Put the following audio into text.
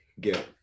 get